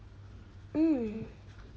mm